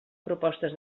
propostes